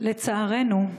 לצערנו,